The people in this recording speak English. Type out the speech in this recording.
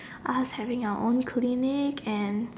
us having our own clinic and